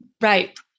Right